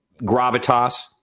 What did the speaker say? gravitas